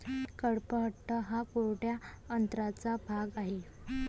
कडपह्नट हा कोरड्या अन्नाचा भाग आहे